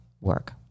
work